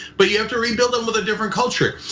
but you have to rebuild them with a different culture.